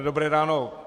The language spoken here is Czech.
Dobré ráno.